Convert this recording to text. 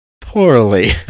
poorly